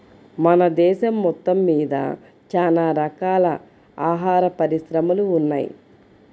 మన దేశం మొత్తమ్మీద చానా రకాల ఆహార పరిశ్రమలు ఉన్నయ్